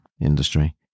Industry